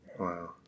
Wow